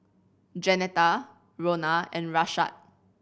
Jeanetta Rhona and Rashad